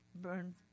burn